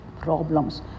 problems